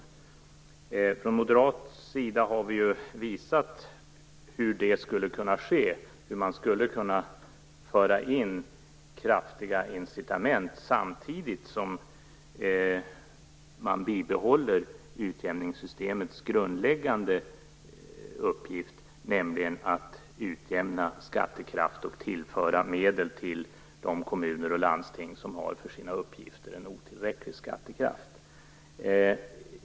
Vi moderater har visat hur man skulle kunna föra in kraftiga incitament, samtidigt som utjämningssystemets grundläggande uppgift behålls, nämligen att utjämna skattekraft och tillföra medel till de kommuner och landsting som för sina uppgifter har en otillräcklig skattekraft.